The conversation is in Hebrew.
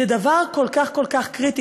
זה דבר כל כך קריטי.